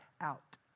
out